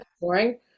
boring